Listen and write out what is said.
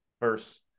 first